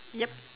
yup